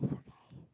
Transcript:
it's okay